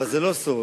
אבל זה לא סוד,